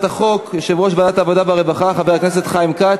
החוק יושב-ראש ועדת העבודה והרווחה חבר הכנסת חיים כץ,